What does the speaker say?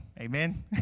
Amen